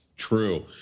True